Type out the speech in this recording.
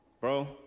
bro